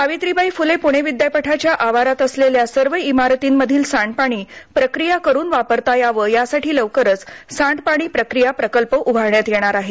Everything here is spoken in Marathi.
सावित्रीबाई फुले पुणे विद्यापीठाच्या आवारात असलेल्या सर्व इमारतींमधील सांडपाणी प्रक्रिया करून वापरता यावं यासाठी लवकरच सांडपाणी प्रक्रिया प्रकल्प उभारण्यात येणार आहे